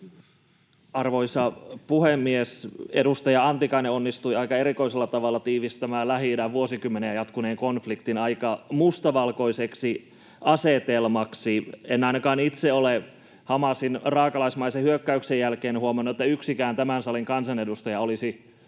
Arvoisa puhemies! Edustaja Antikainen onnistui aika erikoisella tavalla tiivistämään Lähi-idän vuosikymmeniä jatkuneen konfliktin aika mustavalkoiseksi asetelmaksi. En ainakaan itse ole Hamasin raakalaismaisen hyökkäyksen jälkeen huomannut, että yksikään tämän salin kansanedustaja olisi